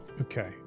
Okay